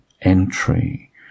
entry